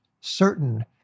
certain